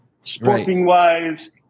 sporting-wise